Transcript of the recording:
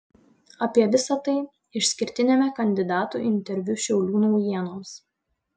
apie visa tai išskirtiniame kandidatų interviu šiaulių naujienoms